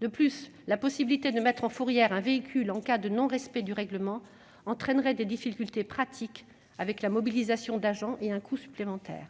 De plus, la possibilité de mettre en fourrière un véhicule en cas de non-respect du règlement entraînerait des difficultés pratiques- elle nécessiterait la mobilisation d'agents et entraînerait des coûts supplémentaires.